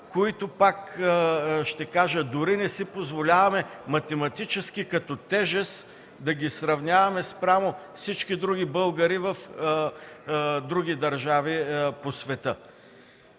които са избиратели и дори не си позволяваме математически като тежест да ги сравняваме спрямо всички други българи в други държави по света.